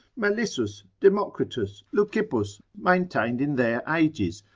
melissus, democritus, leucippus maintained in their ages,